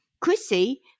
Chrissy